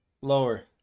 lower